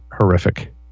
horrific